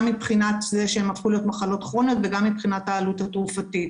גם מבחינת זה שהן הפכו להיות מחלות כרוניות וגם מבחינת העלות התרופתית.